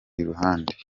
iruhande